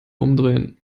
umdrehen